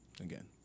again